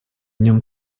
нем